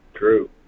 True